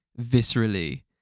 viscerally